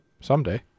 someday